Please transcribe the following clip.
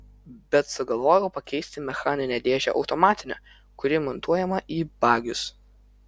bet sugalvojau pakeisti mechaninę dėžę automatine kuri montuojama į bagius